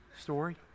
story